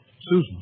Susan